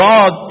God